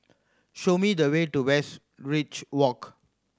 show me the way to Westridge Walk